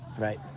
right